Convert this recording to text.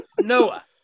Noah